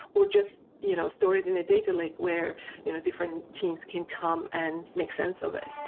or just you know store it in a data lake where you know different teams can come and make sense of it.